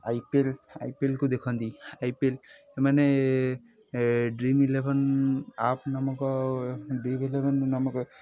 I P L ଆଇପିଏଲ୍କୁ ଦେଖନ୍ତି I P L ମାନେ ଡ୍ରିମ୍ ଇଲେଭେନ୍ ଆପ୍ ନାମକ ଡ୍ରିମ୍ ଇଲେଭେନ୍ ନାମକ